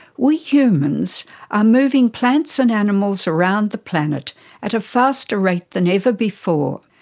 we humans are moving plants and animals around the planet at a faster rate than ever before,